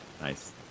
Nice